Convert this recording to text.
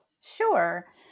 Sure